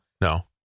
No